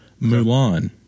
Mulan